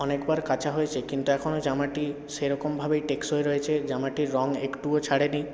অনেকবার কাচা হয়েছে কিন্তু এখনও জামাটি সেরকম ভাবেই টেকসই রয়েছে জামাটির রং একটুও ছাড়েনি